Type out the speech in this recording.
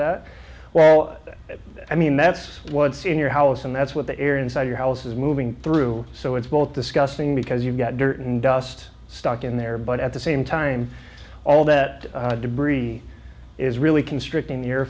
that well i mean that's what's in your house and that's what the air inside your house is moving through so it's both disgusting because you've got dirt and dust stuck in there but at the same time all that debris is really constricting